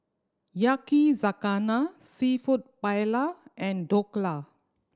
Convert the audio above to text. Yakizakana Seafood Paella and Dhokla